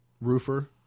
Roofer